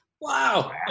Wow